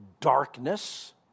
darkness